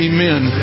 Amen